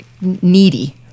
needy